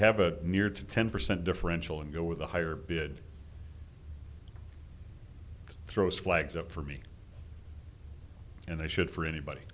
have a near to ten percent differential and go with the higher bid throws flags up for me and they should for anybody